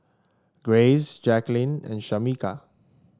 Grace Jacquelin and Shameka